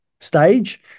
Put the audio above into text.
stage